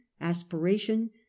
aspiration